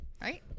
right